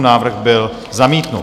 Návrh byl zamítnut.